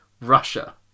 Russia